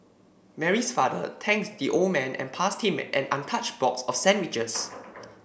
Mary's father thanked the old man and passed him an untouched box of sandwiches